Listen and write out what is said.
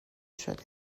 شدم